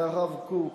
והרב קוק,